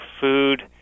food